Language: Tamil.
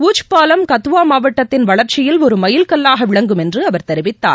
உஜ்பாலம் கத்துவா மாவட்டத்தின் வளர்ச்சியில் ஒரு மைல் கல்வாக விளங்கும் என்று அவர் தெரிவித்தார்